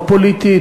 לא פוליטית,